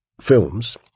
films